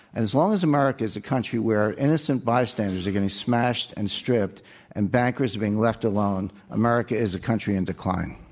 as long as america is a country where innocent bystanders are getting smashed and stripped and bankers are being left alone, america is a country in decline.